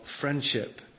friendship